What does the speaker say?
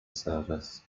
service